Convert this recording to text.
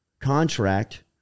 contract